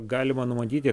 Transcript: galima numatyti